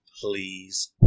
Please